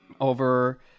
over